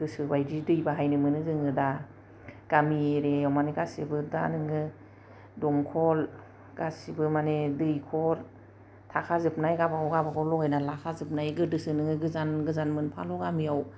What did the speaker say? गोसो बायदि दै बाहायनो मोनो जोङो दा गामि एरियायाव मानि गासिबो दा नोङो दंखल गासिबो माने दैखर थाखा जोबनाय गाबागाव गाबगाव लागायनानै लाखा जोबनाय गोदोसो नोङो गोजान गोजान मोनफाल' गामियाव